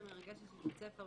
בבקשה.